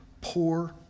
poor